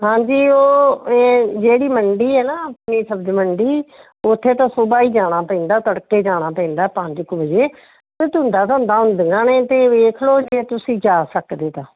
ਹਾਂਜੀ ਉਹ ਇਹ ਜਿਹੜੀ ਮੰਡੀ ਹੈ ਨਾ ਆਪਣੀ ਸਬਜ਼ੀ ਮੰਡੀ ਉੱਥੇ ਤਾਂ ਸੁਬਹਾ ਹੀ ਜਾਣਾ ਪੈਂਦਾ ਤੜਕੇ ਜਾਣਾ ਪੈਂਦਾ ਪੰਜ ਕੁ ਵਜੇ ਪਰ ਧੁੰਦਾ ਧੰਦਾ ਹੁੰਦੀਆਂ ਨੇ ਅਤੇ ਵੇਖ ਲਓ ਜੇ ਤੁਸੀਂ ਜਾ ਸਕਦੇ ਤਾਂ